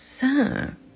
sir